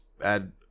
add